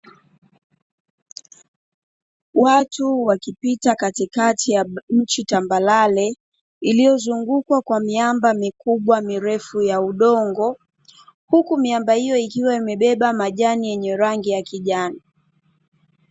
Watu wakipita katikati ya nchi tambarare, iliyozungukwa kwa miamba mikubwa mirefu ya udongo, huku miamba hiyo ikiwa imebeba majani yenye rangi ya kijani.